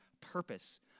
purpose